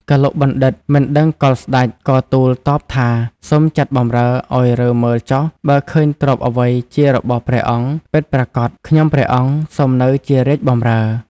កឡុកបណ្ឌិត មិនដឹងកលស្ដេចក៏ទូល តបថា សូមចាត់បម្រើឲ្យរើមើលចុះបើឃើញទ្រព្យអ្វីជារបស់ព្រះអង្គពិតប្រាកដខ្ញុំព្រះអង្គ សូមនៅជារាជបម្រើ។